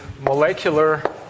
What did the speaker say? molecular